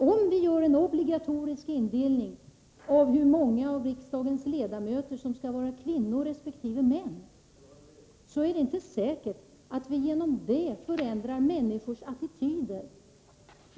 Om vi inför en obligatorisk fördelning av hur många av riksdagens ledamöter som skall vara kvinnor resp. män är det inte säkert att vi genom det förändrar människors attityder.